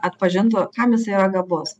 atpažintų kam jis yra gabus